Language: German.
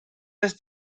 das